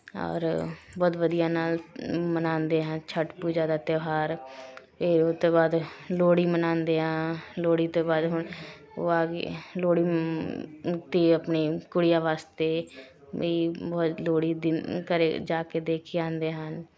ਔਰ ਬਹੁਤ ਵਧੀਆ ਨਾਲ ਮਨਾਉਂਦੇ ਹਾਂ ਛੱਠ ਪੂਜਾ ਦਾ ਤਿਉਹਾਰ ਫਿਰ ਉਹ ਤੋਂ ਬਾਅਦ ਲੋਹੜੀ ਮਨਾਉਂਦੇ ਹਾਂ ਲੋਹੜੀ ਤੋਂ ਬਾਅਦ ਹੁਣ ਉਹ ਹਾਂ ਗਈ ਲੋਹੜੀ ਅਤੇ ਆਪਣੇ ਕੁੜੀਆਂ ਵਾਸਤੇ ਬਈ ਬ ਲੋਹੜੀ ਦਿੰਦ ਘਰ ਜਾ ਕੇ ਦੇ ਕੇ ਆਉਂਦੇ ਹਨ